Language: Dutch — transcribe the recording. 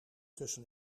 tussen